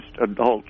adult